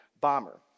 bomber